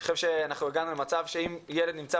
אני חושב שאנחנו הגענו למצב שאם ילד נמצא